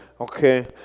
Okay